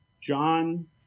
John